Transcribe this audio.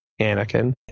Anakin